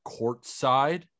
courtside